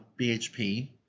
BHP